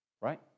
right